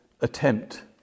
attempt